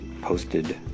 posted